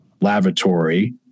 lavatory